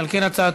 על כן הצעתו,